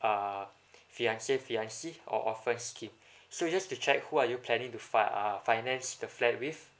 uh fiancé fiancée or orphans scheme so just to check who are you planning to fi~ uh finance the flat with